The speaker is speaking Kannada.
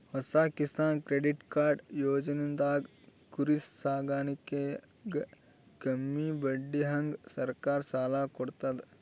ಹೊಸ ಕಿಸಾನ್ ಕ್ರೆಡಿಟ್ ಕಾರ್ಡ್ ಯೋಜನೆದಾಗ್ ಕುರಿ ಸಾಕಾಣಿಕೆಗ್ ಕಮ್ಮಿ ಬಡ್ಡಿಹಂಗ್ ಸರ್ಕಾರ್ ಸಾಲ ಕೊಡ್ತದ್